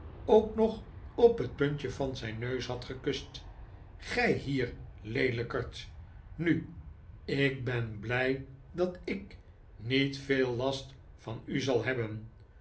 ook nog op het puntje van zijn neus had gekust gij hier leelijkerd nu ik ben blij dat i k niet veel last van u zal hebben